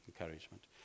encouragement